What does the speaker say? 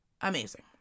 amazing